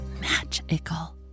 magical